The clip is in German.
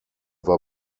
war